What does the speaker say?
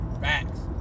Facts